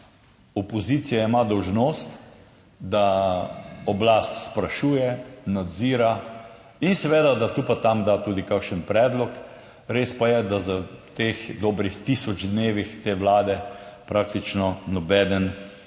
opozicija ima dolžnost, da oblast sprašuje, nadzira in seveda, da tu pa tam da tudi kakšen predlog, res pa je, da v teh dobrih tisoč dnevih te vlade praktično nobeden